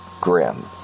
grim